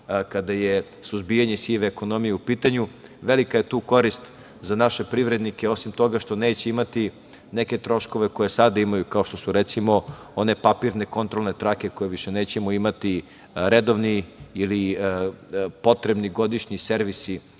kada je suzbijanje sive ekonomije u pitanju. Velika je tu korist za naše privrednike. Osim toga što neće imati neke troškove koje sada imaju, kao što su, recimo, one papirne kontrolne trake koje više nećemo imati, redovni ili potrebni godišnji servisi